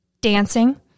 dancing